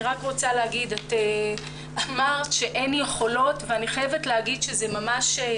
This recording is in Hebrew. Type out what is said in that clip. את אמרת שאין יכולות ואני חייבת לומר שאפילו